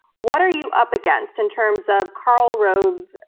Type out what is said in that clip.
what are you up against in terms of karl rove,